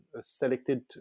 selected